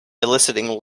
eliciting